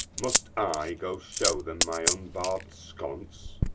must i go show them my unbarb'd sconce?